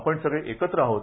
आपण सगळे एकत्र आहोत